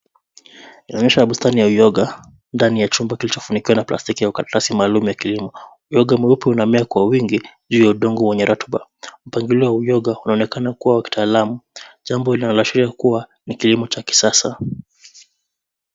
Inaonyesha bustani ya uyoga, ndani ya chumba kilichofunikiwa na plastiki au karatasi maalum ya kilimo, uyoga mweupe unamea kwa wingi, juu ya udongo wenye rotuba, mpangilio wa uyoga unaonekana kuwa wa kitaalam, jambo linaloashiria kuwa, ni kilimo cha kisasa.